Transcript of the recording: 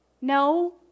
No